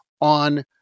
on